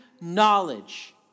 knowledge